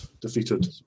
Defeated